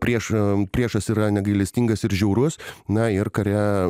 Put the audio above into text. prieš priešas yra negailestingas ir žiaurus na ir kare